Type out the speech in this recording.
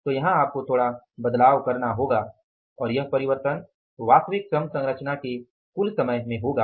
तो यहां आपको थोड़ा बदलाव करना होगा और यह परिवर्तन वास्तविक श्रम संरचना के कुल समय में होगा